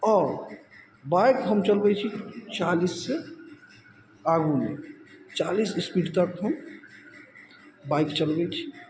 आओर बाइक हम चलबय छी चालीससँ आगू नहि चालीस स्पीड तक हम बाइक चलबय छी